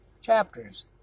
chapters